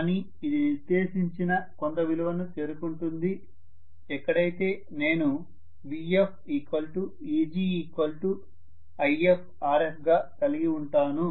కాని ఇది నిర్దేశించిన కొంత విలువను చేరుకుంటుంది ఎక్కడైతే నేను VfEgIfRf గా కలిగి ఉంటాను